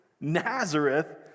Nazareth